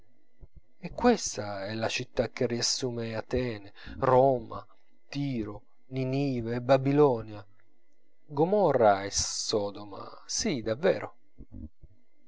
e questa è la città che riassume atene roma tiro ninive e babilonia gomorra e sodoma sì davvero